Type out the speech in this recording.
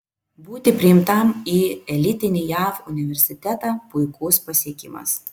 būti priimtam į elitinį jav universitetą puikus pasiekimas